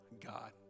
God